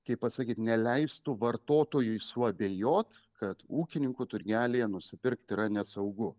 kaip pasakyt neleistų vartotojui suabejot kad ūkininkų turgelyje nusipirkti yra nesaugu